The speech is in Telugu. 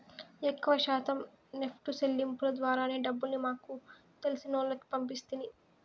ఎక్కవ శాతం నెప్టు సెల్లింపుల ద్వారానే డబ్బుల్ని మాకు తెలిసినోల్లకి పంపిస్తిని